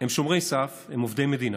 הם שומרי סף, הם עובדי מדינה,